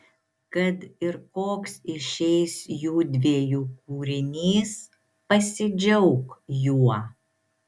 kad ir koks išeis judviejų kūrinys pasidžiauk juo